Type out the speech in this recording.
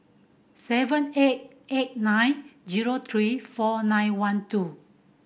seven eight eight nine zero three four nine one two